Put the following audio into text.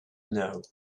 know